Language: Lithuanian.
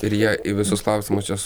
ir jie į visus klausimus juos